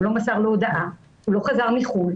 הוא לא מסר לו הודעה, הוא לא חזר מחוץ לארץ,